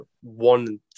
one